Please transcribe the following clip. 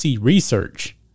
research